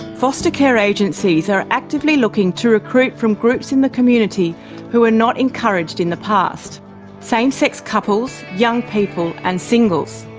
foster care agencies are actively looking to recruit from groups in the community who were not encouraged in the past same sex couples, young people and singles.